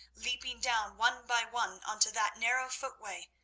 leaping down one by one on to that narrow footway,